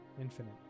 infinite